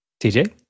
TJ